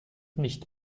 nicht